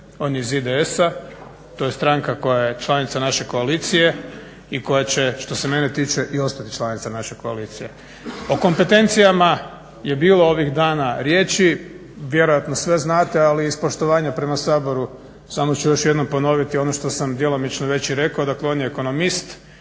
on je iz IDS-a, to je stranka koja je članica naše koalicije i koja će što se mene tiče i ostati članica naše koalicije. O kompetencijama je bilo ovih dana riječi, vjerojatno sve znate ali iz poštovanja prema Saboru samo ću još jednom ponoviti ono što sam djelomično već i rekao, dakle on je ekonomist,